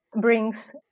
brings